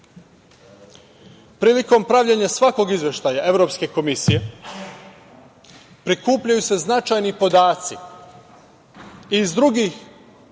planu. Prilikom pravljenja svakog izveštaja Evropske komisije, prikupljaju se značajni podaci i iz drugih